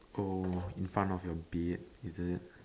oh in front of your bed is it